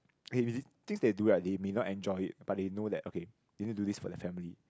things they do right they may not enjoy it but they know that okay they need to do this for their family